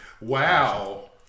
Wow